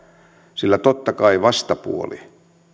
sillä totta kai vastapuoli